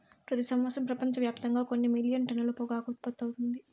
ప్రతి సంవత్సరం ప్రపంచవ్యాప్తంగా కొన్ని మిలియన్ టన్నుల పొగాకు ఉత్పత్తి అవుతుంది